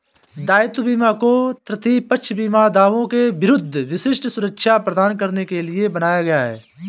दायित्व बीमा को तृतीय पक्ष बीमा दावों के विरुद्ध विशिष्ट सुरक्षा प्रदान करने के लिए बनाया गया है